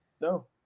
No